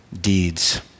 deeds